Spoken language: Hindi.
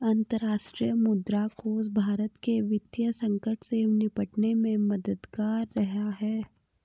अंतर्राष्ट्रीय मुद्रा कोष भारत के वित्तीय संकट से निपटने में मददगार रहा है